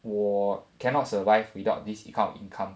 我 cannot survive without this kind of income